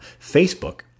Facebook